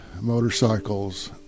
motorcycles